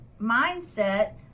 mindset